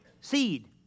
seed